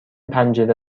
پنجره